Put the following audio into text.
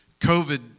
COVID